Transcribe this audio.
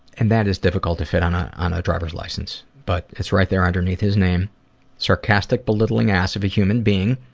and that is difficult to fit on ah the drivers license, but it's right there underneath his name sarcastic belittling ass of a human being.